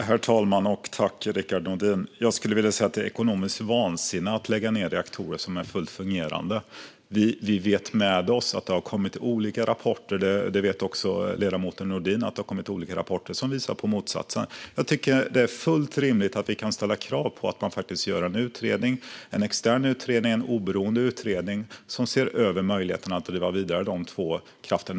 Herr talman! Jag tackar Rickard Nordin för detta. Jag skulle vilja säga att det är ekonomiskt vansinne att lägga ned reaktorer som är fullt fungerande. Vi vet att det har kommit olika rapporter som visar på motsatsen. Det vet också ledamoten Nordin. Jag tycker att det är fullt rimligt att vi kan ställa krav på att man faktiskt gör en extern och oberoende utredning som ser över möjligheterna att driva vidare de två kraftverken.